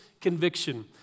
conviction